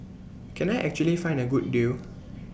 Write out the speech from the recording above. can I actually find A good deal